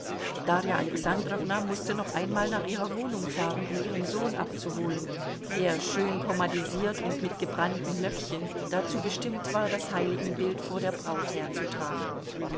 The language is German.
darja alexandrowna mußte noch einmal nach ihrer wohnung fahren um ihren sohn abzuholen der schön pomadisiert und mit gebrannten löckchen dazu bestimmt war das heiligenbild vor der braut herzutragen